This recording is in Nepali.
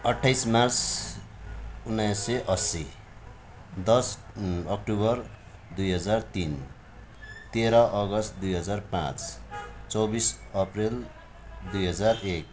अट्ठाइ मार्च उन्नाइस सय असी दस अक्टोबर दुई हजार तिन तेह्र अगस्ट दुई हजार पाँच चौबिस एप्रिल दुई हजार एक